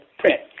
print